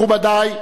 מכובדי,